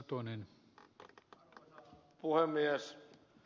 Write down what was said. arvoisa puhemies